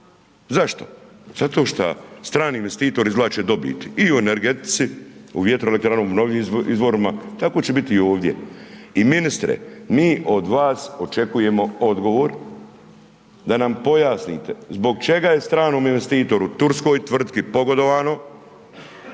Zašto? Zato šta strani investitori izvlače dobiti i u energetici, u vjetrove …/Govornik se ne razumije/…mnogim izvorima, tako će biti i ovdje. I ministre, mi od vas očekujemo odgovor da nam pojasnite zbog čega je stranom investitoru turskoj tvrtki pogodovano,